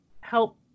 help